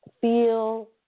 feel